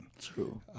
True